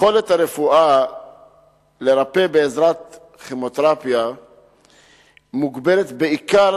יכולת הרפואה לרפא בעזרת כימותרפיה מוגבלת בעיקר